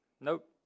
nope